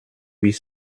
huit